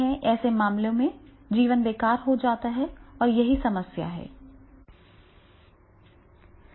ऐसे मामलों में जीवन बेकार हो जाता है और यही समस्या है